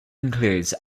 includes